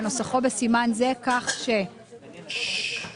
כנוסחו בסימן זה כך ש- (1)